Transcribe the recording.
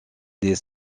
des